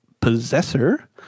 Possessor